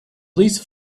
please